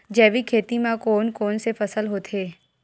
जैविक खेती म कोन कोन से फसल होथे?